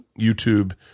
YouTube